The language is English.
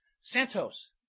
Santos